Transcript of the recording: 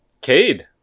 Cade